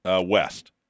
West